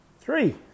Three